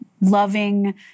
loving